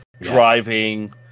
driving